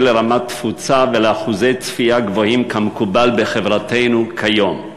לרמת תפוצה ולאחוזי צפייה גבוהים כמקובל בחברתנו כיום.